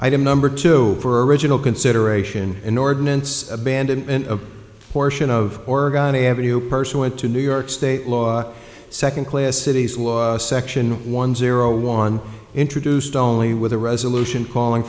item number two for original consideration in ordinance abandonment of portion of oregon ave person went to new york state law second class city section one zero on introduced only with a resolution calling